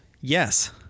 Yes